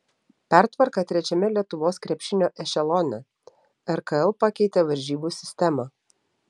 pertvarka trečiame lietuvos krepšinio ešelone rkl pakeitė varžybų sistemą